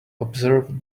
observe